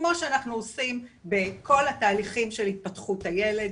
כמו שאנחנו עושים בכל התהליכים של התפתחות הילד,